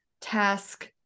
task